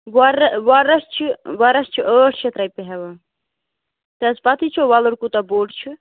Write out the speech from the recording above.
وۄ وۄلرَس چھِ وۄلرَس چھِ ٲٹھ شیٚتھ رۄپیہِ ہیٚوان تۄہہِ حظ پَتہٕے چھُو وۄلُر کوٗتاہ بوٚڑ چھُ